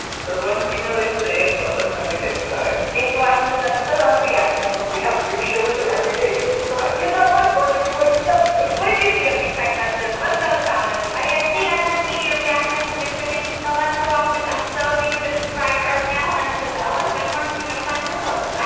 so as long as you know they're safe, let them have a good time. thanks for watching this episode on the react channel. we have new shows every day, so subscribe. hit that like button if you like this episode. what did you think of these text messages? let us know in the comments. bye, guys. hey guys, i'm katie, a react channel producer. thank you so much for watching this episode. be sure to subscribe to our channel and hit the bell and check mark to be notified of new uploads.